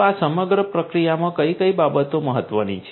તો આ સમગ્ર પ્રક્રિયામાં કઈ કઈ બાબતો મહત્વની છે